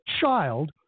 child